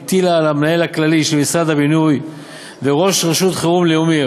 שהטילה על המנהל הכללי של משרד הבינוי ועל ראש רשות החירום הלאומית,